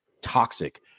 toxic